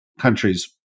countries